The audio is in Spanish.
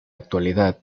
actualidad